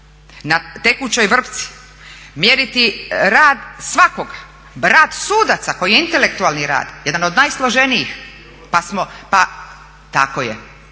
na tekućoj vrpci, mjeriti rad svakoga, rad sudaca koji je intelektualni rad, jedan od najsloženijih pa tako je,